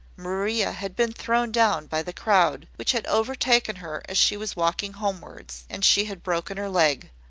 maria had been thrown down by the crowd, which had overtaken her as she was walking homewards, and she had broken her leg.